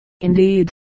indeed